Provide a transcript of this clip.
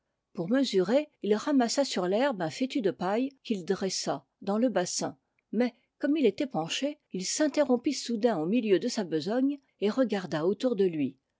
pour mesurer il ramassa sur l'herbe un fétu de paille qu'il dressa dans le bassin mais comme il était penché il s'interrompit soudain au milieu de sa besogne et regarda autour de lui